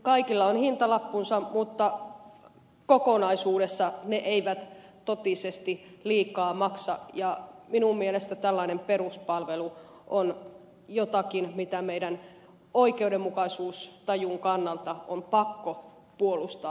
kaikilla on hintalappunsa mutta kokonaisuudessaan ne eivät totisesti liikaa maksa ja minun mielestäni tällainen peruspalvelu on jotakin mitä meidän oikeudenmukaisuustajumme kannalta on pakko puolustaa